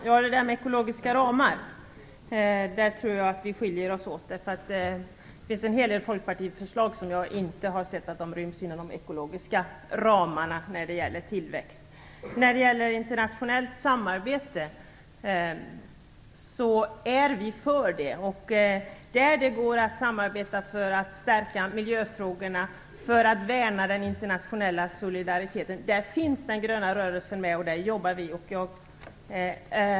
Fru talman! I fråga om ekologiska ramar tror jag att vi skiljer oss åt. Det finns en hel del folkpartiförslag som jag inte kan se ryms inom de ekologiska ramarna när det gäller tillväxt. Vi är för internationellt samarbete. Där det går att samarbeta för att stärka miljöfrågorna och värna den internationella solidariteten finns den gröna rörelsen med, och där jobbar vi.